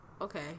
okay